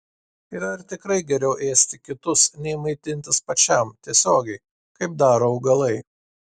ir ar tikrai geriau ėsti kitus nei maitintis pačiam tiesiogiai kaip daro augalai